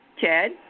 Chad